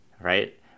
right